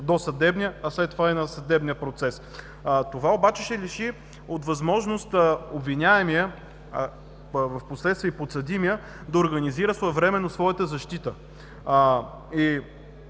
досъдебния процес, а след това и на съдебния процес. Това обаче ще лиши от възможност обвиняемия, а впоследствие и подсъдимия да организира своевременно своята защита.